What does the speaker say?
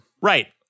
Right